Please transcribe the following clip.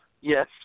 Yes